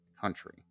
country